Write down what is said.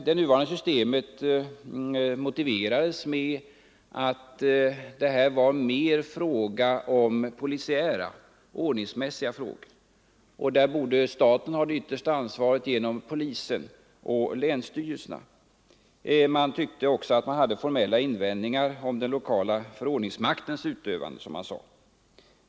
Det nuvarande systemet motiverades med att det här mer rörde sig om polisiära, ordningsmässiga frågor, där staten borde ha det yttersta ansvaret genom polisen och länsstyrelserna. Man hade också formella invändningar i fråga om den lokala förordningsmaktens utövande, som man sade.